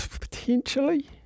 potentially